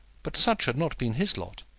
but such had not been his lot,